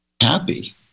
happy